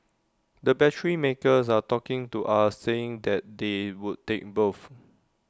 the battery makers are talking to us saying that they would take both